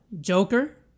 Joker